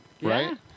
right